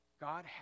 God